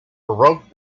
baroque